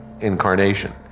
incarnation